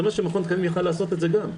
זה מה שמכון התקנים יכול היה לעשות גם.